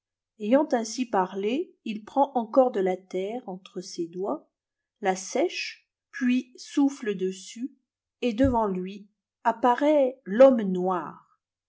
ayant ainsi parlé il prend encore de la terre entre ses doigts la sèche puis souffle dessus et devant lui apparaît l'homme noir